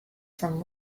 from